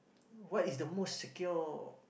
what is the most secure